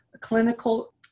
clinical